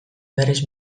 berriz